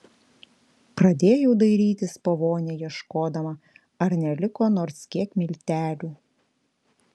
pradėjau dairytis po vonią ieškodama ar neliko nors kiek miltelių